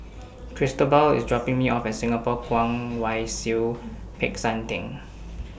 Cristobal IS dropping Me off At Singapore Kwong Wai Siew Peck San Theng